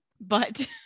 But-